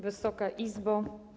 Wysoka Izbo!